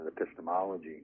epistemology